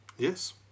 Yes